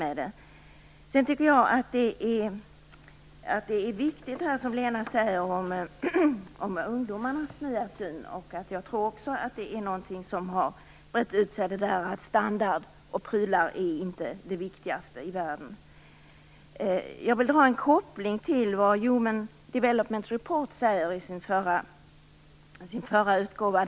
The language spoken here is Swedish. Sedan tycker jag att det som Lena Klevenås säger om ungdomarnas nya syn är viktigt. Jag tror också att det har brett ut sig. Standard och prylar är inte det viktigaste i världen. Jag vill göra en koppling till vad Human Development Report säger i sin förra utgåva.